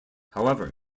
however